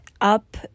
up